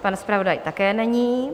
Pan zpravodaj také není.